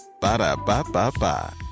Ba-da-ba-ba-ba